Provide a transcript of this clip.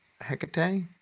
Hecate